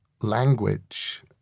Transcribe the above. language